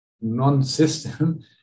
non-system